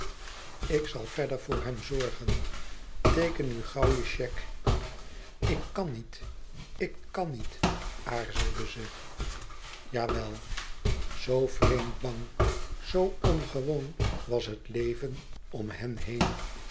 ik zal verder voor hem zorgen teeken nu gauw je chèque ik kan niet ik kan niet aarzelde ze jawel zoo vreemd bang zoo ongewoon was het leven om hen heen